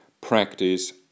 practice